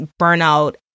burnout